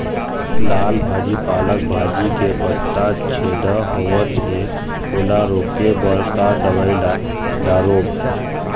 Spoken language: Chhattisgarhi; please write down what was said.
लाल भाजी पालक भाजी के पत्ता छेदा होवथे ओला रोके बर का दवई ला दारोब?